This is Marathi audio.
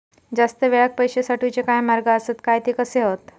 जास्त वेळाक पैशे साठवूचे काय मार्ग आसत काय ते कसे हत?